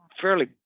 fairly